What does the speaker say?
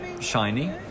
shiny